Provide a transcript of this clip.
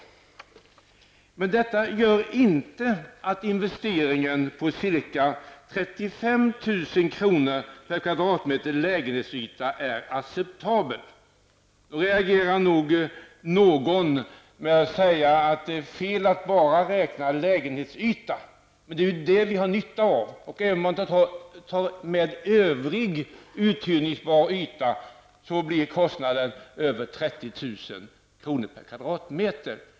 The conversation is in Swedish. Men detta gör inte en investering om ca 35 000 kr. per kvadratmeter lägenhetsyta acceptabel. Någon kanske reagerar då och säger att det är fel att bara se till lägenhetsytan. Men det är ju sådana uträkningar som vi har nytta av. Även om vi tar med övrig uthyrningsbar yta blir kostnaden över 30 000 kr. per kvadratmeter.